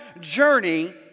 journey